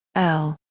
l.